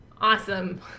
Awesome